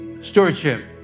stewardship